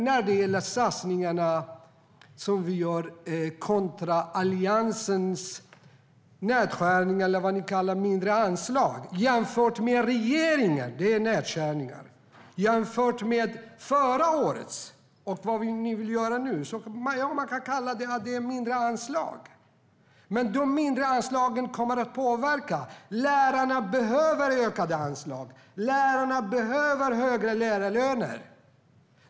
När det gäller de satsningar som regeringen gör jämfört med vad Alliansen gör - eller det som ni kallar mindre anslag - så är det nedskärningar. Man kan kalla det för mindre anslag, men mindre anslag kommer att påverka skolan. Lärarna behöver ökade anslag och högre lärarlöner.